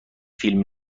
فیلم